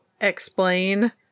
explain